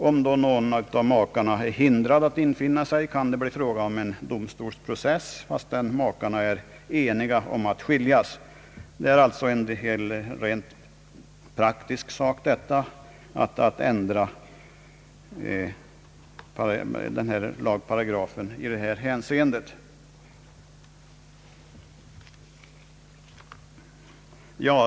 Om någon av makarna är hindrad att infinna sig, kan det bli fråga om en domstolsprocess, fastän makarna är eniga om att skiljas. Det är alltså en rent praktisk sak att ändra lagparagrafen i detta hänseende.